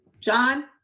john.